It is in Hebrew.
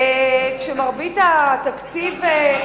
כשמרבית התקציב,